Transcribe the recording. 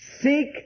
Seek